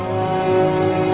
or